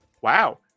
Wow